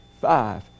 Five